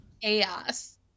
chaos